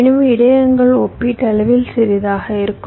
எனவே இடையகங்கள் ஒப்பீட்டளவில் சிறியதாக இருக்கும்